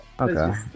okay